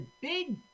big